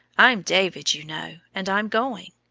i'm david, you know, and i'm going.